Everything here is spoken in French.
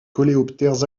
coléoptères